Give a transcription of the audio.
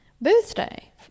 birthday